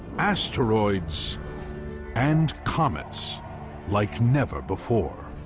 asteroids and comets like never before.